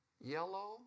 Yellow